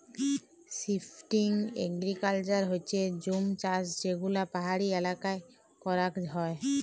shifting agriculture হচ্যে জুম চাষযেগুলা পাহাড়ি এলাকায় করাক হয়